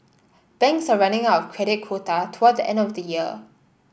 banks are running of credit quota toward the end of the year